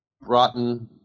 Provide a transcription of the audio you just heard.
rotten